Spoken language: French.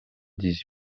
dix